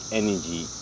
energy